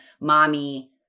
mommy